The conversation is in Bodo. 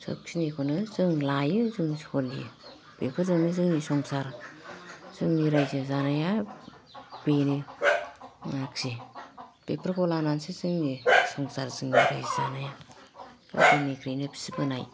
सोब खिनिखौनो जों लायो जों सलियो बेफोरजोंनो जोंनि संसार जोंनि रायजो जानाया बेनो आरखि बेफोरखौ लानानैसो जोंनि संसार जोंनि रायजो जानाया गोदोनिफ्रायनो फिबोनाय